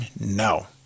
No